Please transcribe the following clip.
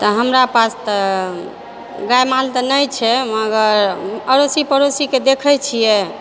तऽ हमरा पास तऽ गाए माल तऽ नहि छै मगर अड़ोसी पड़ोसीकेँ देखै छियै